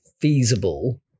feasible